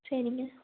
சரிங்க